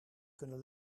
kunnen